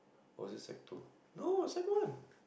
or was it sec two no sec one